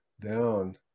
down